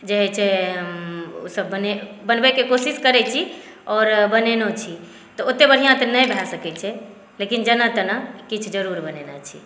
जे होइ छै ओ सब बनबैके कोशिश करै छी आओर बनेनौ छी तऽ ओते बढ़िऑं तऽ नहि भए सकै छै लेकिन जेना तेना किछु जरुर बनेने छी